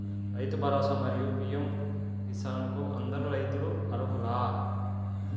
రైతు భరోసా, మరియు పీ.ఎం కిసాన్ కు అందరు రైతులు అర్హులా?